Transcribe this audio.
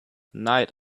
night